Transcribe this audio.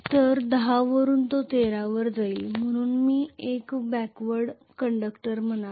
तर 10 वरून ते 13 वर जाईल म्हणून मी 1 बॅकवर्ड कंडक्टर म्हणावे